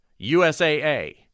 USAA